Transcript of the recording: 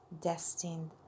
destined